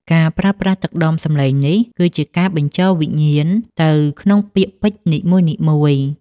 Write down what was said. ការប្រើប្រាស់ទឹកដមសំឡេងនេះ គឺជាការបញ្ចូលវិញ្ញាណទៅក្នុងពាក្យពេចន៍នីមួយៗ។